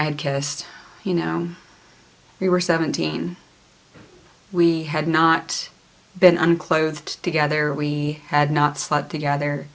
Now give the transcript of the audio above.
i had kissed you know we were seventeen we had not been unclothed together we had not slept together